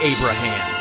Abraham